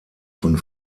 von